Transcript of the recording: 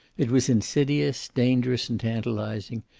it was insidious, dangerous, and tantalizing.